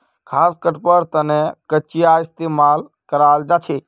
घास कटवार तने कचीयार इस्तेमाल कराल जाछेक